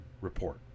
report